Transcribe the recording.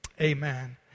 amen